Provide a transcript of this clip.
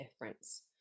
difference